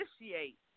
initiate